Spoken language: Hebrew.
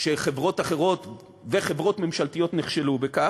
שחברות אחרות וחברות ממשלתיות נכשלו בכך,